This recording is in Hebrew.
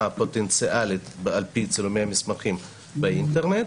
פוטנציאלית על פי צילומי מסמכים באינטרנט,